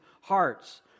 hearts